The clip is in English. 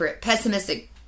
pessimistic